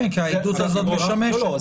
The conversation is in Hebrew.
לא, לא.